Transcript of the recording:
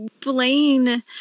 Blaine